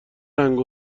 رنگ